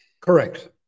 Correct